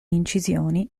incisioni